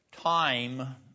time